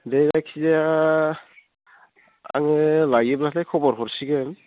दे जायखिजाया आङो लायोब्लाथाय खबर हरसिगोन